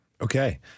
Okay